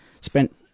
spent